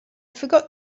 forgot